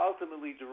ultimately